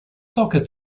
soccer